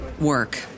work